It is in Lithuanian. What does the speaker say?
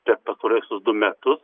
per pastaruosius du metus